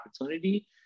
opportunity